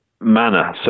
manner